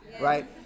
right